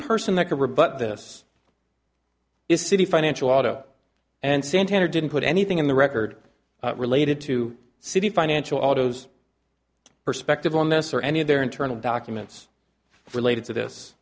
person that can rebut this is city financial auto and santander didn't put anything in the record related to citi financial autos perspective on this or any of their internal documents related to this